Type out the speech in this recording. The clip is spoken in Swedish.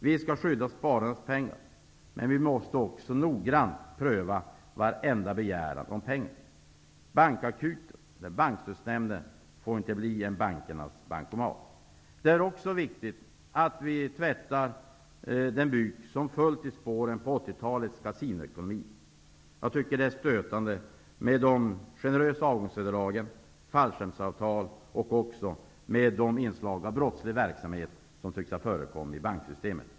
Vi skall skydda spararnas pengar, men vi måste också noggrant pröva varenda begäran om pengar. Bankstödsnämnden får inte bli en bankernas bankomat! Det är också viktigt att vi tvättar den byk som följt i spåren på 1980-talets kasinoekonomi. Jag tycker att det är stötande med de generösa avgångsvederlagen och fallskärmsavtalen och också de inslag av brottslig verksamhet som tycks ha förekommit inom bankväsendet.